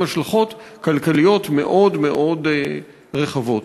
עם השלכות כלכליות מאוד מאוד רחבות.